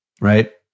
right